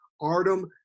Artem